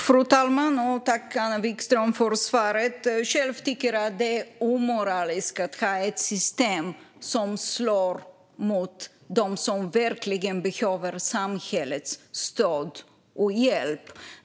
Fru talman! Tack, Anna Vikström, för svaret! Jag själv tycker att det är omoraliskt att ha ett system som slår mot dem som verkligen behöver samhällets stöd och hjälp.